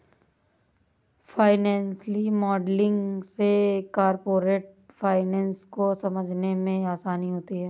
financial modelling से corporate finance को समझने में आसानी होती है